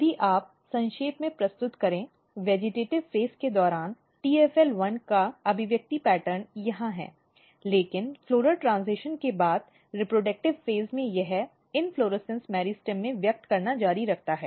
यदि आप संक्षेप में प्रस्तुत करें वेजिटेटिव़ फ़ेज़ के दौरान TFL1 का अभिव्यक्ति पैटर्न यहाँ हैं लेकिन फ़्लॉरल ट्रेन्ज़िशन के बाद रीप्रडक्टिव फ़ेज़ में यह इन्फ्लोरेसन्स मेरिस्टम में व्यक्त करना जारी रखता है